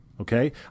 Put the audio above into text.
okay